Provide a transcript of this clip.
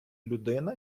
людина